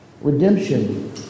redemption